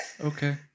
Okay